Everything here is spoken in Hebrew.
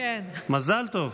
מזל טוב.